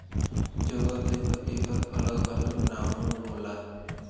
जगह जगह एकर अलग अलग नामो होला